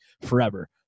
forever